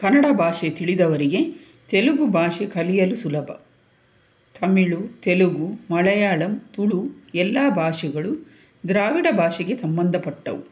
ಕನ್ನಡ ಭಾಷೆ ತಿಳಿದವರಿಗೆ ತೆಲುಗು ಭಾಷೆ ಕಲಿಯಲು ಸುಲಭ ತಮಿಳು ತೆಲುಗು ಮಲಯಾಳಂ ತುಳು ಎಲ್ಲ ಭಾಷೆಗಳು ದ್ರಾವಿಡ ಭಾಷೆಗೆ ಸಂಬಂಧಪಟ್ಟವು